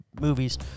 movies